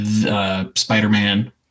Spider-Man